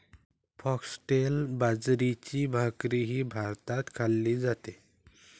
foxtail बाजरीची भाकरीही भारतात खाल्ली जाते